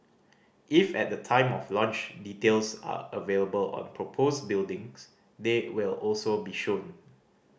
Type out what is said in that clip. if at the time of launch details are available on proposed buildings they will also be shown